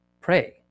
pray